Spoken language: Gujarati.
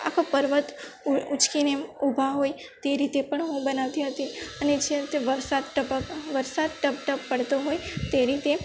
આખો પર્વત ઉચકીને ઊભા હોય તે રીતે પણ હું બનાવતી હતી અને છે તે વરસાદ ટપક વરસાદ ટપ ટપ પડતો હોય તે રીતે